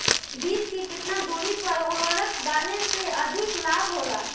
बीज के केतना दूरी पर उर्वरक डाले से अधिक लाभ होला?